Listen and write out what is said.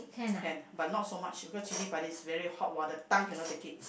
can but not so much because chili-padi is very hot !wah! the tongue cannot take it